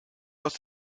aus